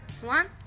one